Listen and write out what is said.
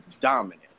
dominant